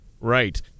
Right